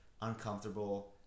uncomfortable